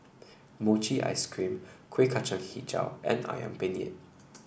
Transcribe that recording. Mochi Ice Cream Kuih Kacang hijau and ayam penyet